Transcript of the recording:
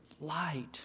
light